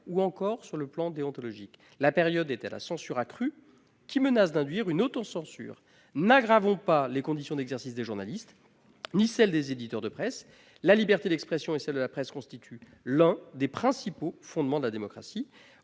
ou encore sur le plan déontologique. La période est à la censure accrue, qui menace d'induire une autocensure. N'aggravons ni les conditions d'exercice des journalistes ni celles des éditeurs de presse. La liberté d'expression et celle de la presse constituent l'un des principaux fondements de la démocratie.